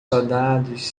soldados